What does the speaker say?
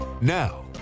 Now